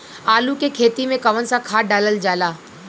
आलू के खेती में कवन सा खाद डालल जाला?